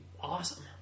awesome